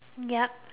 yup